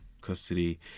custody